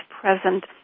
present